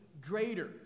greater